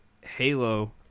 halo